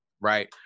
right